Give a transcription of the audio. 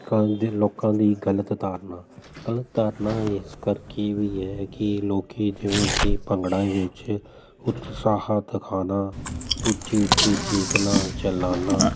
ਕਰਨ ਦੀ ਲੋਕਾਂ ਦੀ ਗਲਤ ਧਾਰਨਾ ਗਲਤ ਧਾਰਨਾ ਇਸ ਕਰਕੇ ਵੀ ਹੈ ਕਿ ਲੋਕ ਜਿਵੇਂ ਕਿ ਭੰਗੜਾ ਵਿੱਚ ਉਤਸ਼ਾਹ ਦਿਖਾਉਣਾ ਉੱਚੀ ਉੱਚੀ ਚੀਕਣਾ ਚਿੱਲਾਨਾ